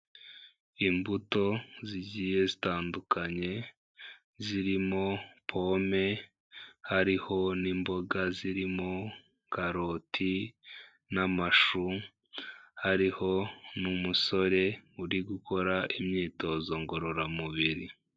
Imbuto zigiye zitandukanye zirimo pome, hariho n'imboga zirimo karoti, n'amashu hariho n'umusore uri gukora imyitozo ngororamubiri.